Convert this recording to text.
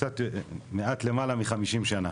קצת מעט למעלה מחמישים שנה.